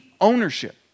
ownership